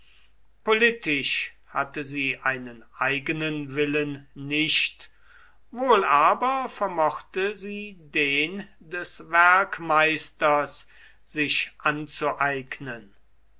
politisch hatte sie einen eigenen willen nicht wohl aber vermochte sie den des werkmeisters sich anzueignen